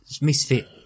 Misfit